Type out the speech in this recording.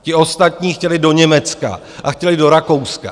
Ti ostatní chtěli do Německa a chtěli do Rakouska.